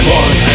one